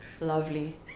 Lovely